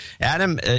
Adam